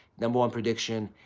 number one prediction,